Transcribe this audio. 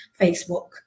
Facebook